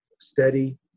steady